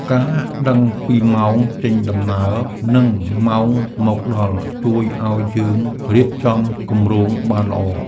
ការដឹងពីម៉ោងចេញដំណើរ និងម៉ោងមកដល់ ជួយឱ្យយើងរៀបចំគម្រោងបានល្អ។